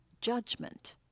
judgment